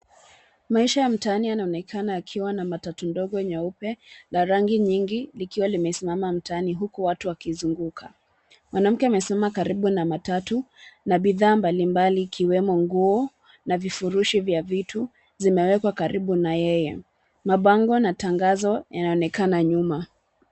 Maisha ya mtaani yanaonekana yakiwa na matatu ndogo nyeupe na rangi nyingi, likiwa limesimama mtaani huku watu wakizunguka. Mwanamke amesimama karibu na matatu na bidhaa mbalimbali ikiwemo nguo na vifurushi vya vitu zimewekwa karibu na yeye. Mabango na tangazo yanaonekana nyuma.